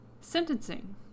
sentencing